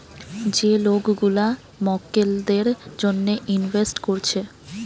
যে লোক গুলা মক্কেলদের জন্যে ইনভেস্ট কোরছে